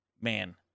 Man